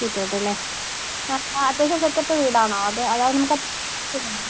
sit out അല്ലേ ആ അത്യാവശ്യം സെറ്റപ്പ് വീടാണോ അതോ അതായത് നമുക്ക്